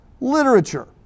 literature